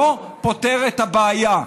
לא פותר את הבעיה.